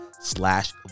slash